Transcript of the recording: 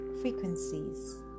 frequencies